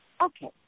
Okay